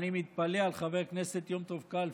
אני מתפלא על חבר הכנסת יום טוב כלפון.